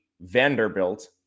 Vanderbilt